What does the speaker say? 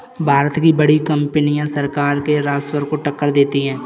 भारत की बड़ी कंपनियां सरकार के राजस्व को टक्कर देती हैं